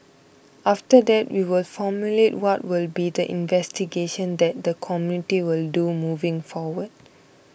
after that we will formulate what will be the investigation that the committee will do moving forward